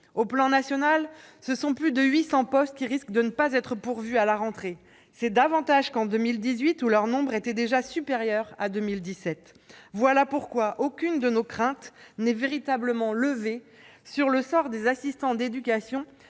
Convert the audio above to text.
Au plan national, ce sont plus de 800 postes qui risquent de ne pas être pourvus à la rentrée. C'est davantage qu'en 2018, où leur nombre était déjà supérieur à celui de 2017. Voilà pourquoi aucune de nos craintes n'est véritablement levée sur le sort des assistants d'éducation,